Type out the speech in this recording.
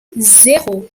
zéro